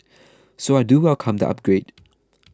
so I do welcome the upgrade